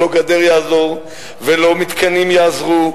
לא גדר תעזור ולא מתקנים יעזרו.